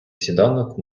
сніданок